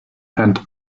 and